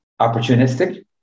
opportunistic